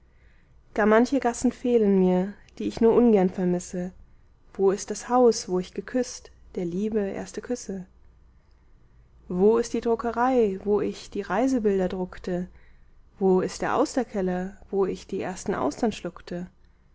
gar manche gassen fehlen mir die ich nur ungern vermisse wo ist das haus wo ich geküßt der liebe erste küsse wo ist die druckerei wo ich die reisebilder druckte wo ist der austerkeller wo ich die ersten austern schluckte